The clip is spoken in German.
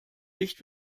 dicht